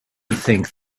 think